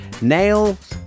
nails